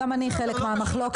גם אני חלק מהמחלוקת.